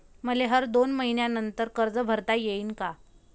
मले हर दोन मयीन्यानंतर कर्ज भरता येईन का?